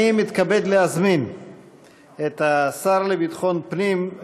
אני מתכבד להזמין את השר לביטחון הפנים,